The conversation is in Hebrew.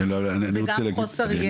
זה חוסר ידע.